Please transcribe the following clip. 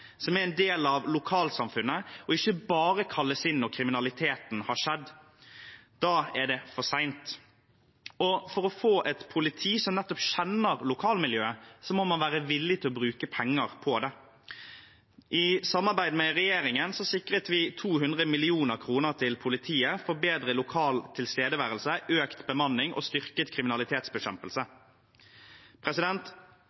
som er en del av lokalsamfunnet og ikke bare kalles inn når kriminaliteten har skjedd – da er det for sent. For å få et politi som nettopp kjenner lokalmiljøet, må man være villig til å bruke penger på det. I samarbeid med regjeringen sikret vi 200 mill. kr til politiet for bedre lokal tilstedeværelse, økt bemanning og styrket